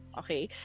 okay